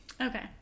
Okay